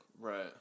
right